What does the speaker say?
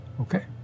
Okay